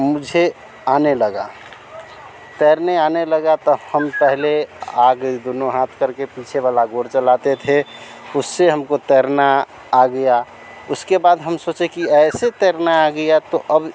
मुझे आने लगा तैरने आने लगा तो हम पहले आगे दुनो हाथ करके पीछे वाला गोड़ चलाते थे उससे हमको तैरना आ गया उसके बाद हम सोचे कि ऐसे तैरना आ गया तो अब